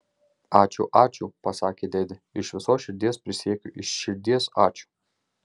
ačiū ačiū pasakė dėdė iš visos širdies prisiekiu iš širdies ačiū